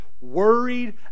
worried